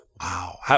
Wow